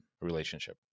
relationship